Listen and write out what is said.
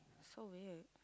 so weird